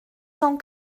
cent